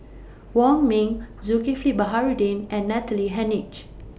Wong Ming Zulkifli Baharudin and Natalie Hennedige